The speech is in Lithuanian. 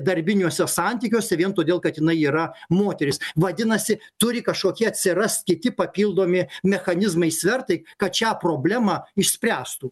darbiniuose santykiuose vien todėl kad jinai yra moteris vadinasi turi kažkokie atsirast kiti papildomi mechanizmai svertai kad šią problemą išspręstų